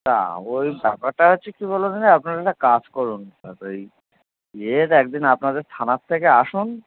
তা ওই ব্যাপারটা হচ্ছে কী বলুন তো আপনারা একটা কাজ করুন দাদা এই ইয়ের এক দিন আপনাদের থানার থেকে আসুন